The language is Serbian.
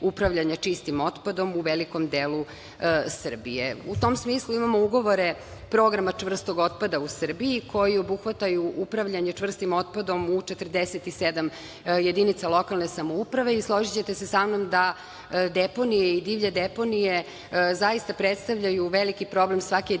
čistim otpadom u velikom delu Srbije.U tom smislu imamo ugovore programa čvrstog otpada u Srbiji koji obuhvataju upravljanje čvrstim otpadom u 47 jedinica lokalne samouprave i složićete se sa mnom da deponije i divlje deponije zaista predstavljaju veliki problem svake jedinice